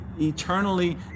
eternally